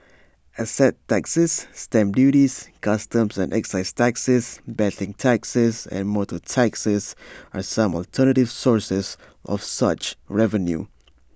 asset taxes stamp duties customs and excise taxes betting taxes and motor taxes are some alternative sources of such revenue